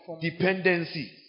dependency